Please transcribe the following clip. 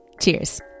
Cheers